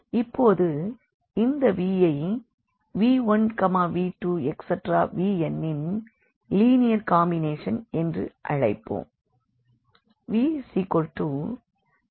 இப்போது இந்த Vயை v1v2vnன் லீனியர் காம்பினேஷன் என்று அழைப்போம்